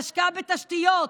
להשקעה בתשתיות,